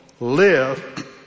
Live